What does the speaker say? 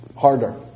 Harder